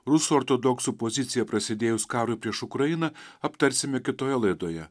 rusų ortodoksų poziciją prasidėjus karui prieš ukrainą aptarsime kitoje laidoje